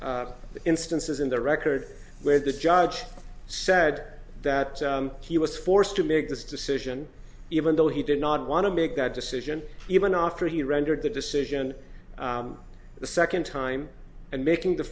instances in the record where the judge said that he was forced to make this decision even though he did not want to make that decision even after he rendered the decision the second time and making the